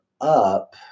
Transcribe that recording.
up